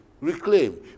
Reclaim